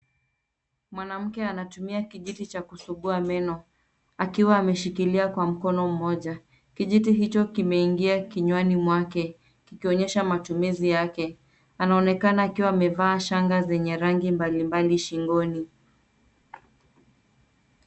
Mwanamke anatumia kijiti cha kusugua meno. Akiwa ameshikilia kwa mkono mmoja. Kijiti hicho kimeingia kinywani mwake kikionyesha matumizi yake. Anaonekana akiwa amevaa shanga zenye rangi mbalimbali shingoni.